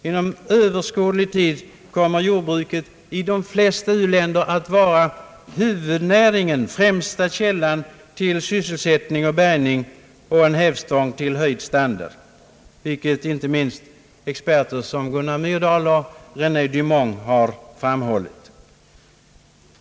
Inom överskådlig tid kommer jordbruket i de flesta u-länder att vara huvudnäringen, främsta källan till sysselsättning och bärgning och en hävstång till höjd standard, vilket inte minst experter som Gunnar Myrdal och René Dumont framhållit.